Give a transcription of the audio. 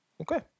Okay